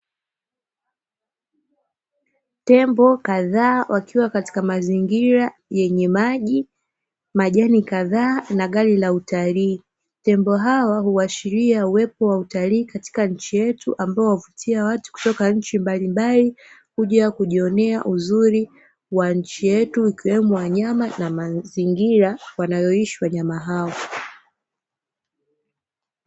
Tembo kadhaa wakiwa katika mazingira yenye maji majani kadhaa na magari ya utalii. Tembo hawa huashiria uwepo wa utalii katika nchi yetu ambapo huvutia watu kutoka nchi mbalimbali kuja kujionea uzuri wa nchi yetu ikiwemo wanyama na mazingira wanayoishi wanyama hao.